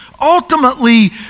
Ultimately